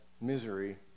misery